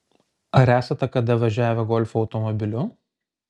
ar esate kada važiavę golfo automobiliu